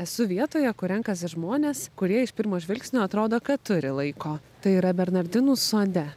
esu vietoje kur renkasi žmonės kurie iš pirmo žvilgsnio atrodo kad turi laiko tai yra bernardinų sode